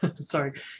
Sorry